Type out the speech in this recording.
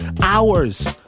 hours